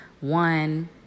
one